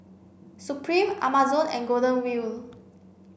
Supreme Amazon and Golden Wheel